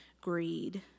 greed